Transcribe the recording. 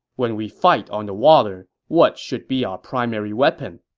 when we fight on the water, what should be our primary weapon?